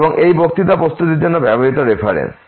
এবং এই বক্তৃতা প্রস্তুতির জন্য ব্যবহৃত রেফারেন্স